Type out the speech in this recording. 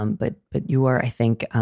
um but but you are i think